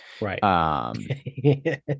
Right